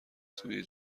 سوی